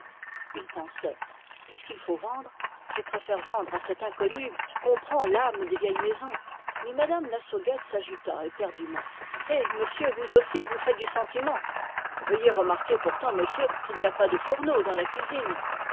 il pensait puisqu'il faut vendre je préfère vendre à cette inconnue qui comprend l'âme des vieilles maisons mais mme lassauguette s'agita éperdument eh monsieur vous aussi vous faites du sentiment veuillez remarquer pourtant monsieur qu'il n'y pas de fourneau dans la cuisine